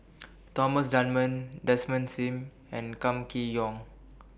Thomas Dunman Desmond SIM and Kam Kee Yong